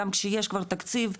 גם כשיש כבר תקציב,